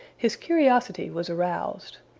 his curiosity was aroused.